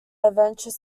adventure